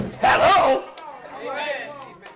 Hello